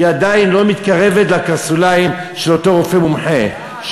היא עדיין לא מתקרבת לקרסוליים של אותו רופא מומחה.